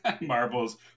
Marbles